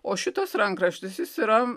o šitas rankraštis jis yra